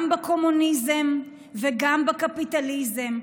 גם בקומוניזם וגם בקפיטליזם,